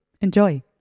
Enjoy